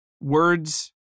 Words